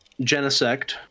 Genesect